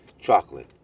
chocolate